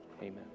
Amen